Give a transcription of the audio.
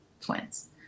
twins